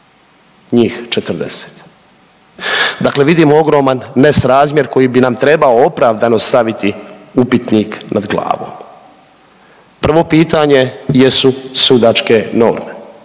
njih 40. Dakle vidimo ogroman nesrazmjer koji bi nam treba opravdano staviti upitnik nad glavom. Prvo pitanje jesu sudačke norme